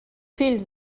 fills